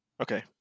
Okay